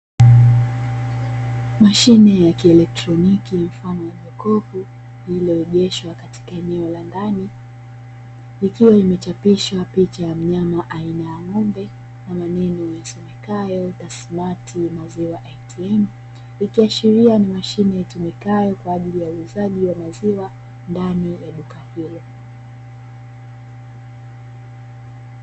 Mashine ya kielektroniki mfano wa jokofu, lililoegeshwa katika eneo la ndani. Likiwa limechapishwa picha ya mnyama aina ya ng'ombe na maneno yasomekayo "TASSMATT" maziwa "ATM," ikiashiria ni mashine itumikayo kwa ajili ya uuzaji wa maziwa ndani ya duka hilo.